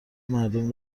مردم